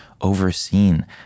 overseen